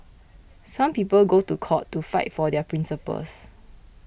some people go to court to fight for their principles